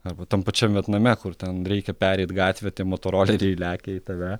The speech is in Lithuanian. arba tam pačiam vietname kur ten reikia pereit gatvę tie motoroleriai lekia į tave